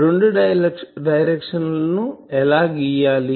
రెండు డైరెక్షన్ లు ఎలా గీయాలి